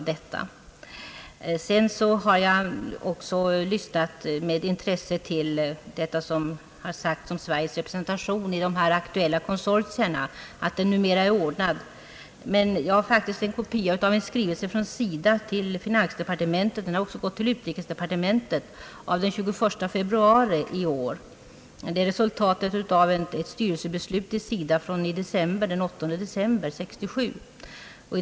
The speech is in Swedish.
Jag har också med intresse lyssnat till vad som har sagts om Sveriges representation i de aktuella konsortierna och att denna representation nu är ordnad Men jag har faktiskt en kopia av en skrivelse från SIDA till finansdepartementet och utrikesdepartementet. Den är daterad den 21 februari i år och är resultatet av ett styrelsebeslut i SIDA från den 8 december i fjol.